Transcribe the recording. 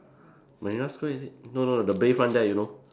Marina Square is it no no the Bayfront there you know